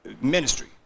ministry